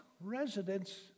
residents